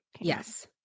Yes